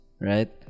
right